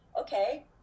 okay